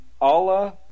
Allah